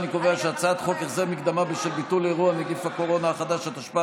אני קובע שהצעת חוק החזר מקדמה בשל ביטול אירוע (נגיף הקורונה החדש),